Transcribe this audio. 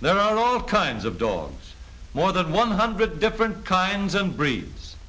there are all of kinds of dogs more than one hundred different kinds of breeds